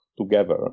together